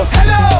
Hello